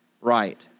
right